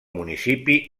municipi